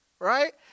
Right